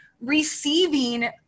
receiving